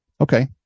Okay